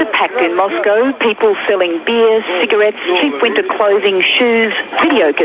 are packed in moscow, people selling beers, cigarettes, cheap winter clothing, shoes, videocassettes